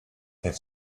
have